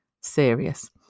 serious